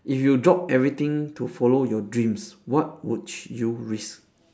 if you drop everything to follow your dreams what would you risk